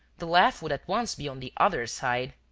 the laugh would at once be on the other side.